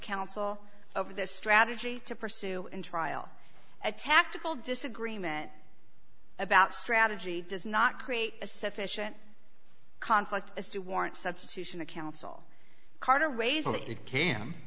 counsel over this strategy to pursue and trial a tactical disagreement about strategy does not create a sufficient conflict as to warrant substitution of counsel carter waiver